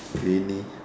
really